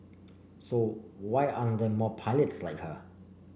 so why aren't there more pilots like her